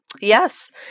yes